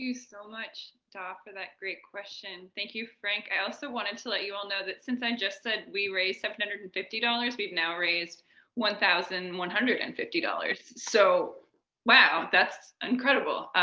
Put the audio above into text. so much, daa for that. great question. thank you, frank. i also wanted to let you all know that since i just said we raised seven hundred and fifty dollars, we've now raised one thousand one hundred and fifty dollars. so wow, that's incredible.